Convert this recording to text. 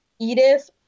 Edith